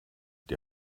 die